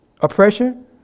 oppression